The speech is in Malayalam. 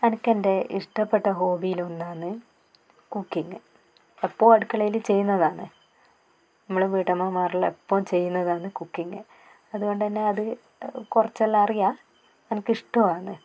അനക്ക് എൻ്റെ ഇഷ്ടപ്പെട്ട ഹോബിയിൽ ഒന്നാന്ന് കുക്കിംഗ് എപ്പോഴും അടുക്കളയിൽ ചെയ്യുന്നതാണ് നമ്മൾ വീട്ടമ്മമാർല്ലാം എപ്പോളും ചെയ്യുന്നതാണ് കുക്കിംഗ് അതുകൊണ്ട് തന്നെ അത് കുറച്ചെല്ലാം അറിയാം അനക്ക് ഇഷ്ടവുമാണ്